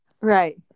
Right